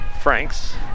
Franks